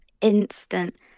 Instant